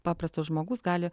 paprastas žmogus gali